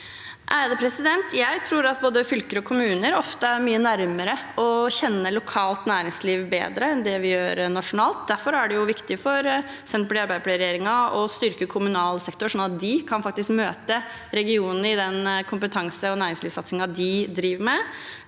Jeg tror at både fylker og kommuner ofte er mye nærmere og kjenner lokalt næringsliv bedre enn det vi gjør nasjonalt. Derfor er det viktig for Senterparti–Arbeiderpartiregjeringen å styrke kommunal sektor, sånn at de faktisk kan møte regionene i den kompetanse- og næringslivssatsingen de driver med.